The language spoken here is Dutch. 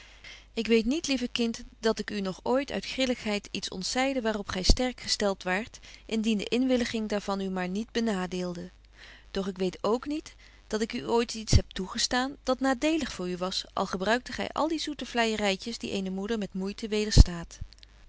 ik weet niet lieve kind dat ik u nog ooit uit grilligheid iets ontzeide waarop gy sterk gestelt waart indien de inwilliging daar van u maar niet benadeelde doch ik weet k niet dat ik u ooit iets heb toegestaan dat nadeelig voor u was al gebruikte gy al die zoete vleijerytjes die eene moeder met moeite